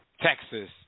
Texas